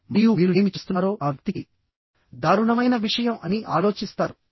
మరియు మీరు ఏమి చేస్తున్నారో ఆ వ్యక్తికి దారుణమైన విషయం అని ఆలోచిస్తారు